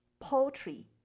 Poultry